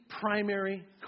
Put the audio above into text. Primary